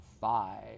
five